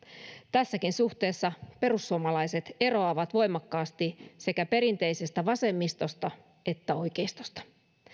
tässäkin suhteessa perussuomalaiset eroavat voimakkaasti sekä perinteisestä vasemmistosta että oikeistosta